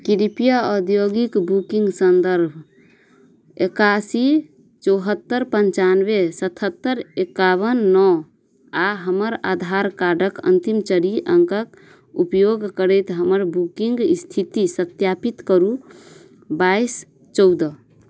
कृपया औद्योगिक बुकिन्ग सन्दर्भ एकासी चौहत्तरि पनचानवे सतहत्तरि एकावन नओ आओर हमर आधार कार्डके अन्तिम चारि अङ्कके उपयोग करैत हमर बुकिन्ग इस्थिति सत्यापित करू बाइस चौदह